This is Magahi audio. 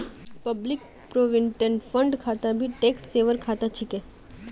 पब्लिक प्रोविडेंट फण्ड खाता भी टैक्स सेवर खाता छिके